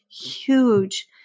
huge